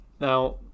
Now